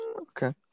Okay